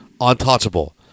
untouchable